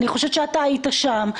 אני חושבת שאתה היית שם.